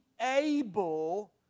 Able